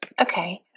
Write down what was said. Okay